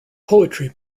poetry